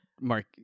Mark